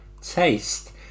taste